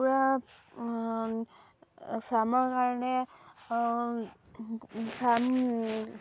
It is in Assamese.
কুকুৰা ফাৰ্মৰ কাৰণে ফাৰ্ম